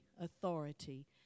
authority